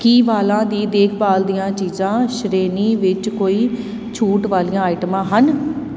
ਕੀ ਵਾਲਾਂ ਦੀ ਦੇਖਭਾਲ ਦੀਆਂ ਚੀਜ਼ਾਂ ਸ਼੍ਰੇਣੀ ਵਿੱਚ ਕੋਈ ਛੂਟ ਵਾਲੀਆਂ ਆਈਟਮਾਂ ਹਨ